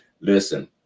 Listen